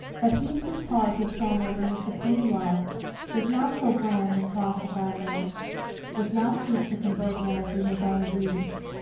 but he whose heart is centered in the supreme love does not so brand and classify men does not seek to convert men to his own views,